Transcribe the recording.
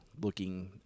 looking